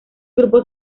grupos